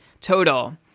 total